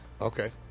Okay